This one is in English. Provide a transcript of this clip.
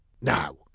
Now